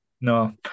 No